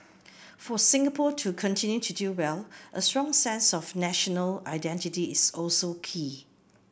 for Singapore to continue to do well a strong sense of national identity is also key